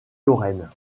lorraine